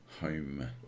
home